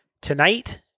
tonight